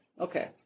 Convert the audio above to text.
okay